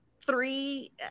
three